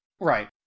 Right